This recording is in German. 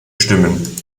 stimmen